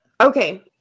okay